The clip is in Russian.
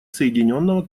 соединенного